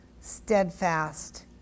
steadfast